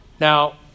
Now